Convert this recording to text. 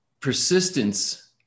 persistence